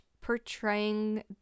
portraying